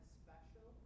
special